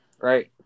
Right